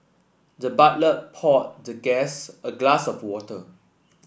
the butler poured the guest a glass of water